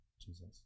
Jesus